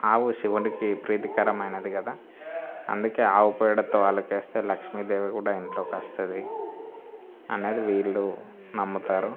ఆవు శివునికి ప్రీతికరమైనది కదా అందుకే ఆవుపేడతో అలికేస్తే లక్ష్మీదేవి కూడా ఇంట్లోకి వస్తుంది అనేది వీళ్లు నమ్ముతారు